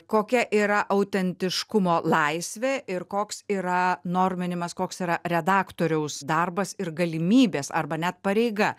kokia yra autentiškumo laisvė ir koks yra norminimas koks yra redaktoriaus darbas ir galimybės arba net pareiga